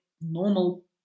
normal